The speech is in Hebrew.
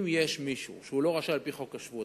אם יש מישהו שהוא לא רשאי על-פי חוק השבות,